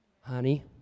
honey